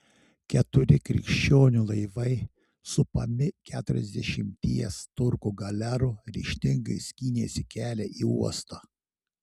keturi krikščionių laivai supami keturiasdešimties turkų galerų ryžtingai skynėsi kelią į uostą